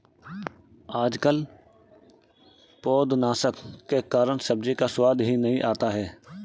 आजकल पौधनाशक के कारण सब्जी का स्वाद ही नहीं आता है